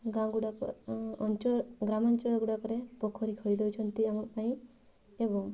ଗାଁ ଗୁଡ଼ାକ ଅଞ୍ଚଳ ଗ୍ରାମାଞ୍ଚଳ ଗୁଡ଼ାକରେ ପୋଖରୀ ଖୋଳି ଦଉଛନ୍ତି ଆମ ପାଇଁ ଏବଂ